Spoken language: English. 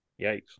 Yikes